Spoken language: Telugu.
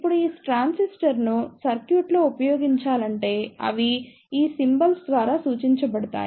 ఇప్పుడు ఈ ట్రాన్సిస్టర్ను సర్క్యూట్లో ఉపయోగించాలంటే అవి ఈ సింబల్స్ ద్వారా సూచించబడతాయి